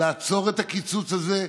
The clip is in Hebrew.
לעצור את הקיצוץ הזה,